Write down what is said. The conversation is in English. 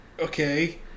Okay